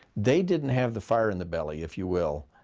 they didn't have the fire in the belly, if you will,